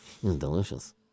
delicious